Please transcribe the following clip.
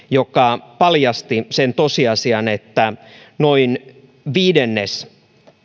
joka paljasti sen tosiasian että noin viidennes